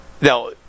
Now